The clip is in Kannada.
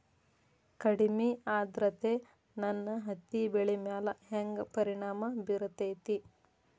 ಕಡಮಿ ಆದ್ರತೆ ನನ್ನ ಹತ್ತಿ ಬೆಳಿ ಮ್ಯಾಲ್ ಹೆಂಗ್ ಪರಿಣಾಮ ಬಿರತೇತಿ?